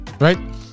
Right